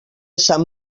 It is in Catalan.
sant